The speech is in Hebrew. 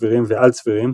צבירים ועל-צבירים,